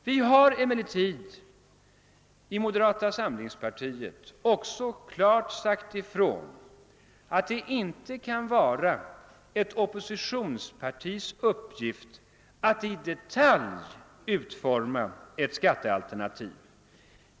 Vi har emellertid i moderata samlingspartiet också klart sagt ifrån, att det inte kan vara ett oppositionspartis uppgift att i detalj utforma ett skattealternativ.